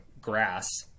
grass